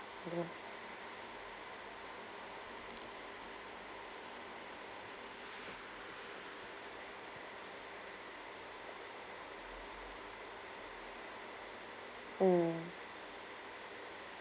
mm um